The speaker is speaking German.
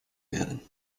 werden